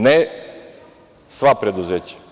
Ne sva preduzeća.